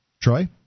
troy